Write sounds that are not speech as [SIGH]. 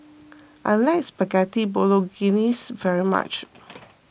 [NOISE] I like Spaghetti Bolognese very much [NOISE]